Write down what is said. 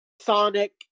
Sonic